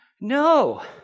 no